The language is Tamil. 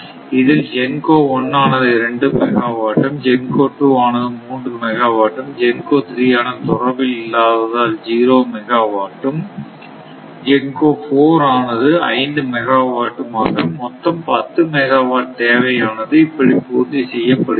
இதில் GENCO 1 ஆனது 2 மெகா வாட்டும் GENCO 2 ஆனது 3 மெகாவாட்டும் GENCO 3 ஆனது தொடர்பில் இல்லாததால் ஜீரோ மெகாவாட்டும் GENCO 4 ஆனது 5 மெகாவாட்டும் ஆக மொத்தம் 10 மெகாவாட் தேவை ஆனது இப்படி பூர்த்தி செய்யப்படுகிறது